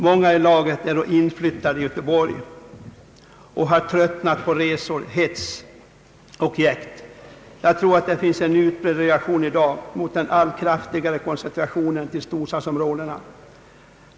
Många i laget är inflyttade i Göteborg och har tröttnat på resor, hets och jäkt. Jag tror att det finns en utbredd reaktion i dag mot den allt kraftigare koncentrationen till storstadsområdena», fortsatte denne man i Göteborg.